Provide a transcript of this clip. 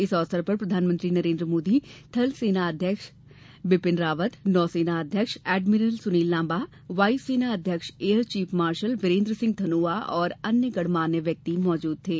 इस अवसर पर प्रधानमंत्री नरेन्द्र मोदी थल सेनाध्यक्ष जनरल बिपिन रावत नौसेनाध्यक्ष एडमिरल सुनील लांबा वायु सेना अध्यक्ष air chief marshal Birender Singh Dhanoa और अन्य गण्यमान्य व्यक्ति मौजूद थे